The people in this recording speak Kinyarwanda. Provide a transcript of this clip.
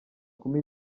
kumi